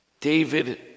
David